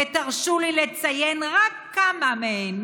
ותרשו לי לציין רק כמה מהן,